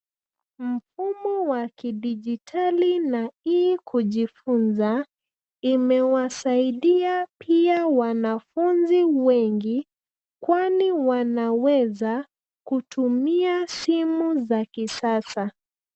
Mfumo wa kidijitali na e kujifunza imewasaidia pia wanafunzi wengi kwani wanaweza kutumia simu za kisasa.